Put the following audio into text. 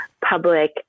public